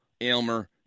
Aylmer